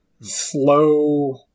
slow